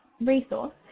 resource